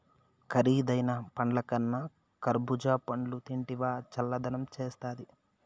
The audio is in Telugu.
కరీదైన పండ్లకన్నా కర్బూజా పండ్లు తింటివా చల్లదనం చేస్తాది